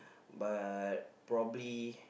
but probably